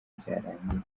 byarangiye